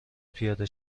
پیاده